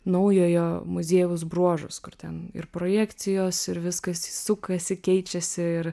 naujojo muziejaus bruožus kur ten ir projekcijos ir viskas sukasi keičiasi ir